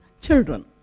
children